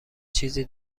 چیزی